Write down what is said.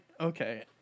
okay